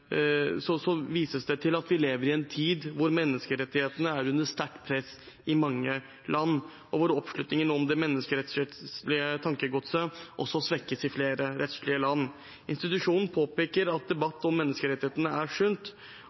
en tid der menneskerettighetene er under sterkt press i mange land, og at oppslutningen om det menneskerettslige tankegodset svekkes rettslig i flere land. Institusjonen påpeker at debatt om menneskerettighetene er